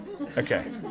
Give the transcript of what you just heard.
Okay